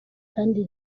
kandi